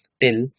till